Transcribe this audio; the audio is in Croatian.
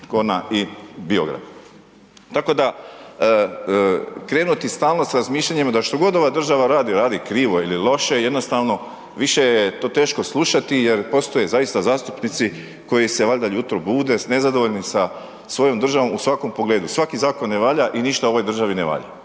Tkona i Biograda, tako da krenuti stalno sa razmišljanjem da što god ova država radi, radi krivo ili loše, jednostavno više je to teško slušati jer postoje zaista zastupnici koji se valjda ujutro bude nezadovoljni sa svojom državom u svakom pogledu, svaki zakon ne valja i ništa u ovoj državi ne valja,